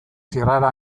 zirrara